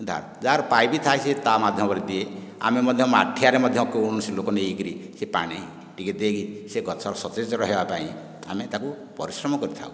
ଢାଳୁ ଯାହାର ପାଇପ ଥାଏ ସେ ତା' ମାଧ୍ୟମରେ ଦିଏ ଆମେ ମଧ୍ୟ ମାଠିଆରେ ମଧ୍ୟ କୌଣସି ଲୋକ ନେଇକରି ସେ ପାଣି ଦେଇ ସେ ଗଛର ସତେଜ ରହିବା ପାଇଁ ଆମେ ତାକୁ ପରିଶ୍ରମ କରିଥାଉ